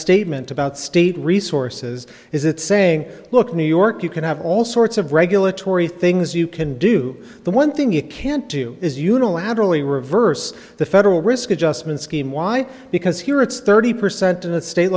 statement about state resources is that saying look new york you can have all sorts of regulatory things you can do the one thing you can't do is unilaterally reverse the federal risk adjustment scheme why because here it's thirty percent in a state